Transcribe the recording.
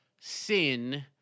sin